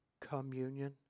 communion